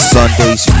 Sundays